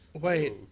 Wait